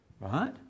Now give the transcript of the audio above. right